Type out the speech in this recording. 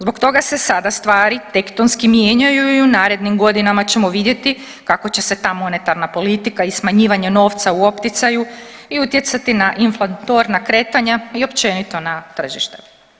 Zbog toga se sada stvari tektonski mijenjaju i u narednim godinama ćemo vidjeti kako će se ta monetarna politika i smanjivanje novca u opticaju i utjecati na inflatorna kretanja i općenito na tržište.